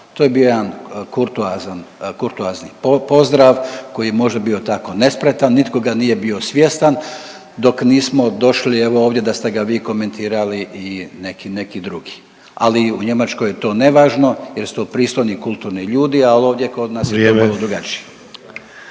To je bio jedan kurtoazan, kurtoazni pozdrav koji je možda bio tako nespretan, nitko ga nije bio svjestan dok nismo došli evo ovdje da ste ga vi komentirali i neki, neki drugi, ali u Njemačkoj je to nevažno jer su to pristoji i kulturni ljudi, a ovdje kod nas … …/Upadica